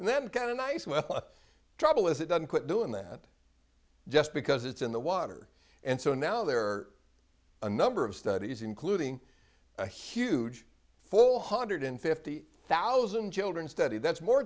and then got a nice trouble as it done quit doing that just because it's in the water and so now there are a number of studies including a huge four hundred fifty thousand children study that's more